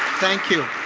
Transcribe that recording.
thank you.